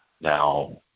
Now